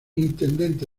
intendente